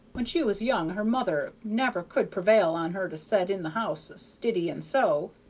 when she was young her mother never could pr'vail on her to set in the house stiddy and sew,